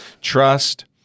trust